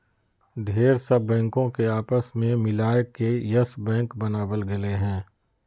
ढेर सा बैंको के आपस मे मिलाय के यस बैक बनावल गेलय हें